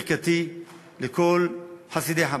ברכתי לכל חסידי חב"ד,